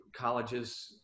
colleges